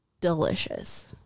delicious